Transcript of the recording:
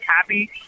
happy